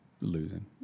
losing